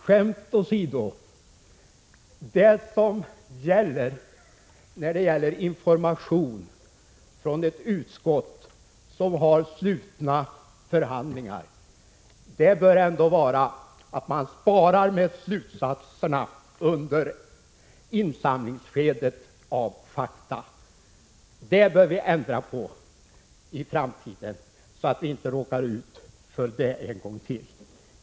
Skämt åsido — när det gäller information från ett utskott som har slutna förhandlingar bör man spara slutsatserna under det skede då fakta samlas in. Informationen om utfrågningar bör vi ändra på i framtiden, så att vi inte råkar ut för ”cirkusen” en gång till.